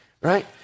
right